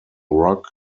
rock